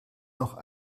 noch